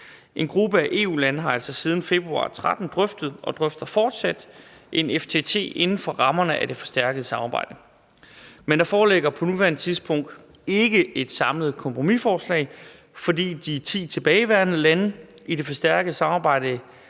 En gruppe af EU-lande har altså siden februar 2013 drøftet og drøfter fortsat en FTT inden for rammerne af det forstærkede samarbejde. Men der foreligger på nuværende tidspunkt ikke et samlet kompromisforslag, fordi de ti tilbageværende lande i det forstærkede samarbejde